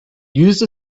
used